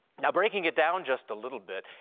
now breaking it down just a little bit,